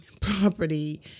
property